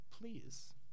please